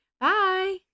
Bye